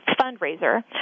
fundraiser